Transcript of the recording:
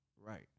Right